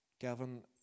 Gavin